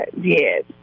yes